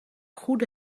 goede